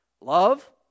Love